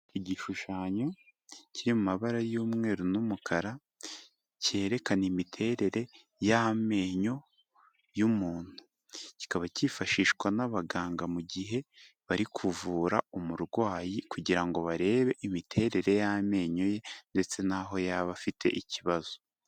Igishushanyo kiri mu mabara y'umweru n'umukara, cyerekana imiterere y'amenyo y'umuntu, kikaba cyifashishwa n'abaganga mu gihe bari kuvura umurwayi kugirango ngo barebe imiterere y'amenyo ye ndetse naho yaba afite ikibazo.